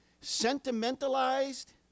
sentimentalized